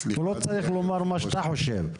הוא לא צריך לומר מה שאתה חושב.